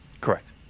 Correct